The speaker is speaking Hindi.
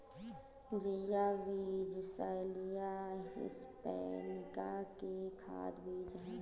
चिया बीज साल्विया हिस्पैनिका के खाद्य बीज हैं